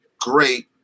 great